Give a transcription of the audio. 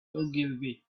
ogilvy